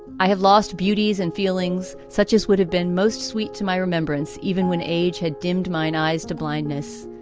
i have lost beauties and feelings such as would have been most sweet to my remembrance, even when age had dimmed my and eyes to blindness.